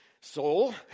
Soul